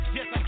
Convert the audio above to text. Yes